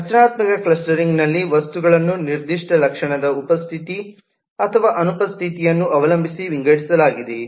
ರಚನಾತ್ಮಕ ಕ್ಲಸ್ಟರಿಂಗ್ನಲ್ಲಿ ವಸ್ತುಗಳನ್ನು ನಿರ್ದಿಷ್ಟ ಲಕ್ಷಣದ ಉಪಸ್ಥಿತಿ ಅಥವಾ ಅನುಪಸ್ಥಿತಿಯನ್ನು ಅವಲಂಬಿಸಿ ವಿಂಗಡಿಸಲಾಗಿದೆ